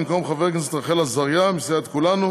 במקום חברת הכנסת רחל עזריה מסיעת כולנו